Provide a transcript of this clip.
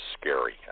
scary